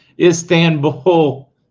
Istanbul